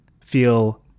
feel